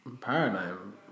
paradigm